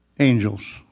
Angels